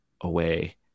away